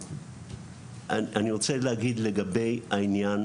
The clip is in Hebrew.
אני רוצה להגיד לגבי העניין